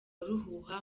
ruhuha